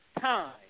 Time